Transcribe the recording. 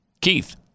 Keith